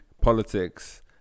politics